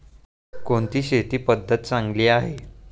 कोणती शेती पद्धती चांगली आहे?